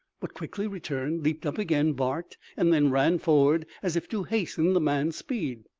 but quickly returned, leaped up again, barked, and then ran forward, as if to hasten the man's speed.